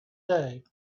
day